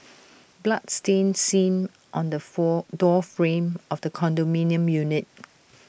blood stain seen on the fool door frame of the condominium unit